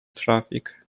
traffic